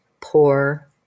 poor